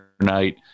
night